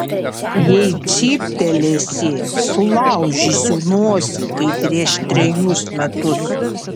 jei cyptelėsi sulaužysiu nosį kaip prieš trejus metus